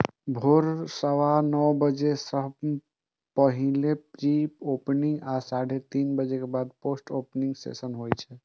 भोर सवा नौ बजे सं पहिने प्री ओपनिंग आ साढ़े तीन बजे के बाद पोस्ट ओपनिंग सेशन होइ छै